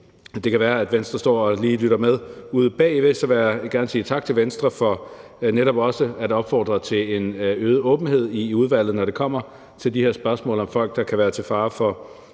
det kan være, at Venstre står og lige lytter med ude bagved, så jeg vil gerne sige tak til Venstre for netop også at opfordre til en øget åbenhed i udvalget, når det kommer til de her spørgsmål om folk, der kan være til fare for